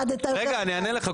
רגע, אני אענה לך.